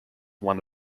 one